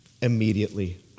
immediately